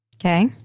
Okay